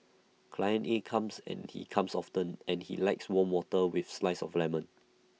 client A comes and he comes often and he likes warm water with slice of lemon